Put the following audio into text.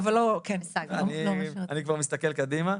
אני כבר מסתכל קדימה.